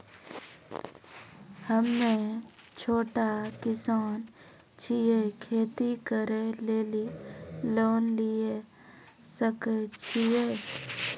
हम्मे छोटा किसान छियै, खेती करे लेली लोन लिये सकय छियै?